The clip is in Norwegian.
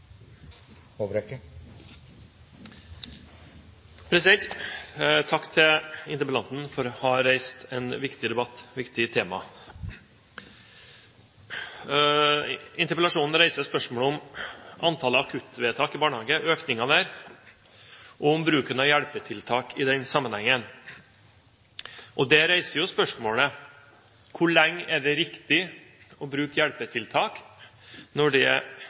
Takk til interpellanten for å ha reist en viktig debatt – det er et viktig tema. Interpellasjonen reiser spørsmålet om økningen i antallet akuttvedtak i barnevernet, og om bruken av hjelpetiltak i den sammenhengen. Det reiser spørsmålet: Hvor lenge er det riktig å bruke hjelpetiltak når det